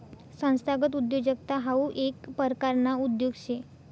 संस्थागत उद्योजकता हाऊ येक परकारना उद्योग शे